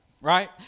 right